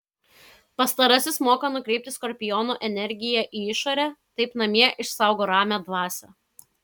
pastarasis moka nukreipti skorpiono energiją į išorę taip namie išsaugo ramią dvasią